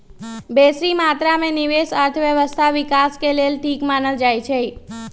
बेशी मत्रा में निवेश अर्थव्यवस्था विकास के लेल ठीक मानल जाइ छइ